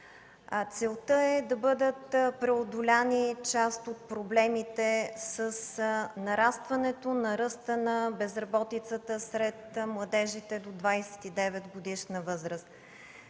Целта е да бъдат преодолени част от проблемите с нарастването на ръста на безработицата сред младежите до 29-годишна възраст.